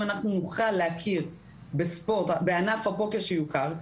אנחנו נוכל להכיר בענף הפוקר שיוכר,